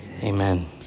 Amen